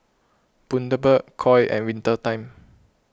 Bundaberg Koi and Winter Time